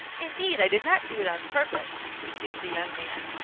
indeed, i did not do it on purpose, pursued the young man,